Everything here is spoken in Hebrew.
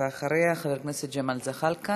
ואחריה, חבר הכנסת ג'מאל זחאלקה.